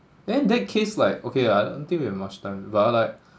then in that case like okay I don't think we have much time but I like